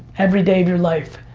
everyday of your life,